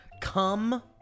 come